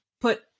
put